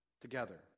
together